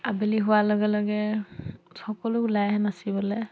আবেলি হোৱাৰ লগে লগে সকলো ওলাই আহে নাচিবলৈ